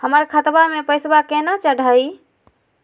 हमर खतवा मे पैसवा केना चढाई?